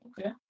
Okay